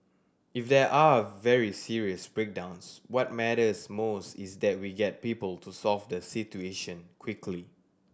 if there are very serious breakdowns what matters most is that we get people to solve the situation quickly